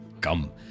Come